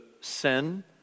sin